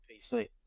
PC